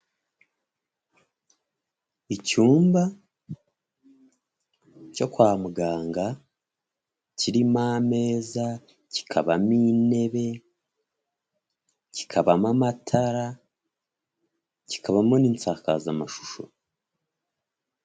Icyumba cyo kwa muganga kirimo ameza, kikabamo intebe, kikabamo amatara, kikabamo n'insakazamashusho.